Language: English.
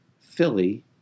Philly